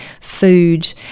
food